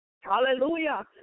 Hallelujah